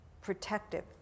protective